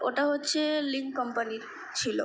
ওটা হচ্ছে লিঙ্ক কোম্পানির ছিল